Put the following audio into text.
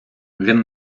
він